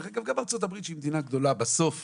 דרך אגב, גם בארצות הברית שהיא מדינה גדולה, בסוף